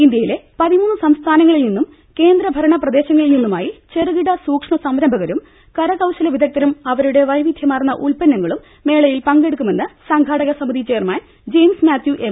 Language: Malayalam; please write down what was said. ഇന്ത്യയിലെ ദ്രു സംസ്ഥാനങ്ങളിൽ നിന്നും കേന്ദ്ര ഭരണ പ്രദേശങ്ങളിൽ നിന്നു മായ് ചെറുകിട സൂക്ഷമ സംരഭകരും കരകൌശല വിദഗ്ധരും അവരുടെ വൈവിധ്യമാർന്ന ഉത്പന്നങ്ങളും മേളയിൽ പങ്കെടുക്കുമെന്ന് സംഘാടക സമിതി ചെയർമാൻ ജെയിംസ് മാത്യു എം